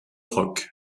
rock